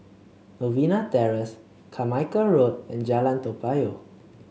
Novena Terrace Carmichael Road and Jalan Toa Payoh